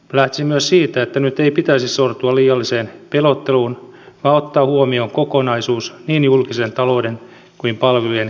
lähtisin myös siitä että nyt ei pitäisi sortua liialliseen pelotteluun vaan ottaa huomioon kokonaisuus niin julkisen talouden kuin palvelujen kehittämisenkin osalta